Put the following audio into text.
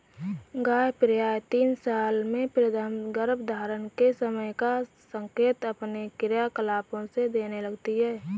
गाय प्रायः तीन साल में प्रथम गर्भधारण के समय का संकेत अपने क्रियाकलापों से देने लगती हैं